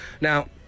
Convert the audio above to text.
Now